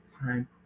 time